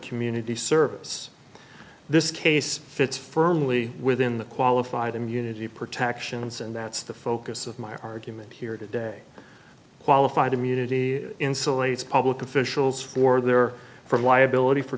community service this case fits firmly within the qualified immunity protections and that's the focus of my argument here today qualified immunity insulates public officials for their from liability for